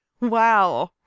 Wow